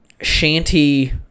shanty